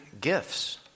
gifts